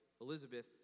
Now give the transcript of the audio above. Elizabeth